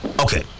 Okay